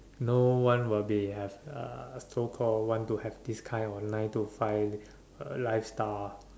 no one will be have a so call want to have this kind of nine to five lifestyle